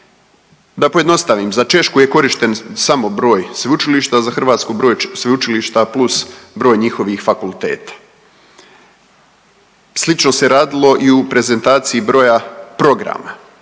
Da pojednostavim. Za Češku je korišten samo broj sveučilišta, za Hrvatsku broj sveučilišta plus broj njihovih fakulteta. Slično se radilo i u prezentaciji broja programa,